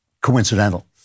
coincidental